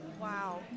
Wow